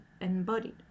embodied